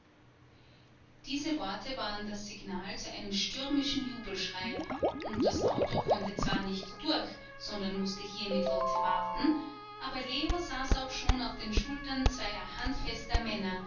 diese worte waren das signal zu einem stürmischen jubelschrei und das auto konnte zwar nicht durch sondern mußte hier mit lotte warten aber leo saß auch schon auf den schultern zweier handfester männer